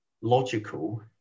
logical